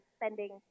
spending –